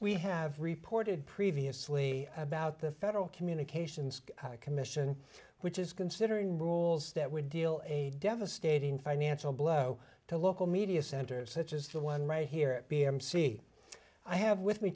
we have reported previously about the federal communications commission which is considering rules that would deal a devastating financial blow to local media centers such as the one right here at b m c i have with me